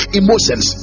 emotions